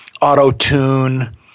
auto-tune